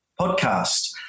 podcast